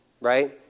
right